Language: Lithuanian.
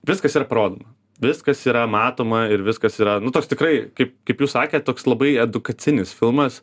viskas yra parodoma viskas yra matoma ir viskas yra nu toks tikrai taip kaip jūs sakėt toks labai edukacinis filmas